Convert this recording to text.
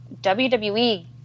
WWE